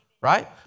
right